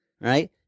right